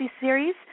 series